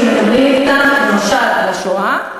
כשמדברים אתם למשל על השואה,